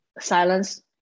silence